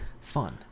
Fun